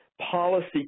policy